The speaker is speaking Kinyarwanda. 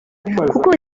kuko